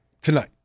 tonight